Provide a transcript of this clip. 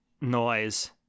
noise